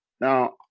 Now